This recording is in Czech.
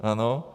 Ano.